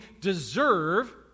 deserve